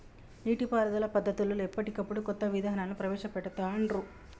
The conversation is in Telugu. నీటి పారుదల పద్దతులలో ఎప్పటికప్పుడు కొత్త విధానాలను ప్రవేశ పెడుతాన్రు